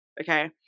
Okay